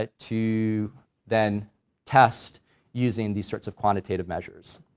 ah to then test using these sorts of quantitative measures.